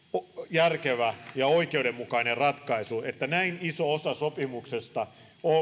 järkevä ja oikeudenmukainen ratkaisu että näin isoa osaa sopimuksesta